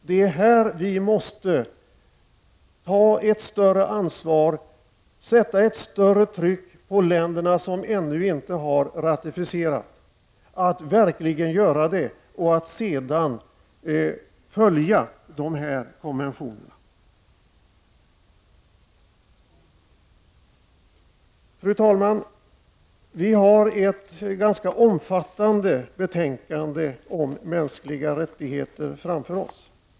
Det är här vi måste ta ett större ansvar och sätta ett större tryck på de länder som ännu inte har ratificerat så att de verkligen gör det och sedan följer de här konventionerna. Fru talman! Vi har ett ganska omfattande betänkande om de mänskliga rättigheterna framför oss.